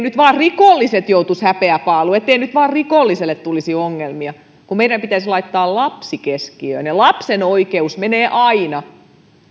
nyt vaan rikolliset joutuisi häpeäpaaluun ettei nyt vaan rikolliselle tulisi ongelmia vaikka meidän pitäisi laittaa lapsi keskiöön lapsen oikeus menee aina